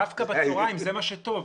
דווקא בצוהריים, זה מה שטוב.